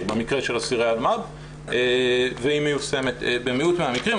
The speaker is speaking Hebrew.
במקרה של אסירי אלמ"ב והיא מיושמת במיעוט מהמקרים.